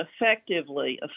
effectively